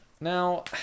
now